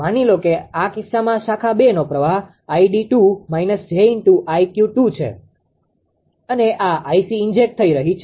માની લો કે આ કિસ્સામાં શાખા 2નો પ્રવાહ 𝐼𝑑2 − 𝑗𝐼𝑞2 છે અને આ 𝐼𝑐 ઇન્જેક્ટ થઇ રહી છે